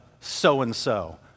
so-and-so